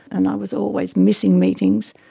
and i was always missing meetings.